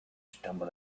stumbled